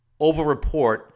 overreport